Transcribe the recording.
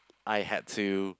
I had to